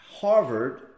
Harvard